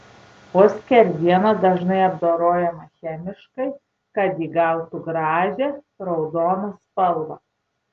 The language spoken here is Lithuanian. o skerdiena dažnai apdorojama chemiškai kad įgautų gražią raudoną spalvą